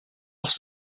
cost